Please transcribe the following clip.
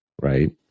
right